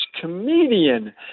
comedian